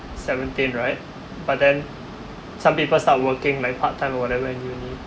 seventeen right but then some people start working like part time or whatever in uni